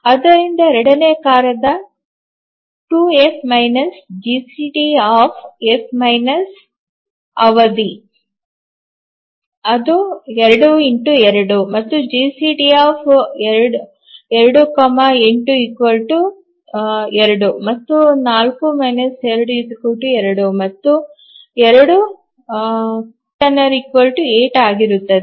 ಆದ್ದರಿಂದ ಎರಡನೇ ಕಾರ್ಯದ 2 ಎಫ್ ಜಿಸಿಡಿ ಎಫ್ ಅವಧಿ2F - GCD F period 2 2 ಮತ್ತು ಜಿಸಿಡಿ 28 2 ಇದು 4 2 2 ಮತ್ತು 2 ≤ 8 ಆಗಿರುತ್ತದೆ